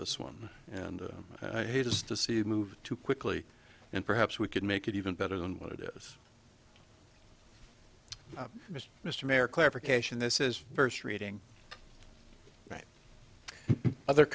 this one and i hate this to see it move too quickly and perhaps we could make it even better than what it is mr mayor clarification this is first reading right other